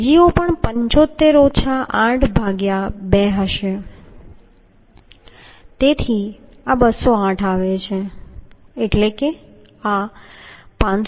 Ago પણ 75 ઓછા 8 ભાગ્યા 2 હશે તેથી આ 208 આવે છે આ 568 મિલીમીટર વર્ગ આવે છે